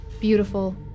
beautiful